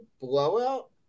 blowout